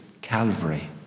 Calvary